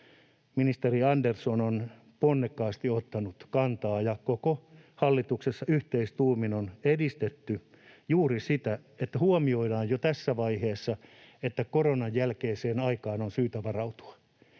ministeri Andersson on ponnekkaasti ottanut kantaa ja koko hallituksessa yhteistuumin on edistetty juuri sitä, että huomioidaan jo tässä vaiheessa, että koronan jälkeiseen aikaan on syytä varautua,